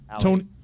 tony